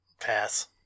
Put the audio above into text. Pass